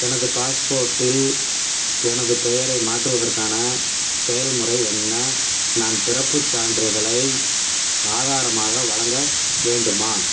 எனது பாஸ்போர்ட்டில் எனது பெயரை மாற்றுவதற்கான செயல்முறை என்ன நான் பிறப்புச் சான்றிதழை ஆதாரமாக வழங்க வேண்டுமா